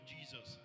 Jesus